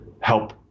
help